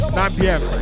9pm